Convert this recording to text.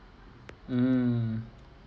mm